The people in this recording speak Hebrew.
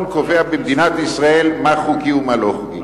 קובע במדינת ישראל מה חוקי ומה לא חוקי.